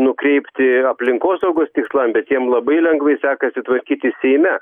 nukreipti aplinkosaugos tikslam bet jiems labai lengvai sekasi tvarkytis seime